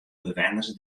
bewenners